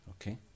okay